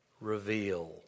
reveal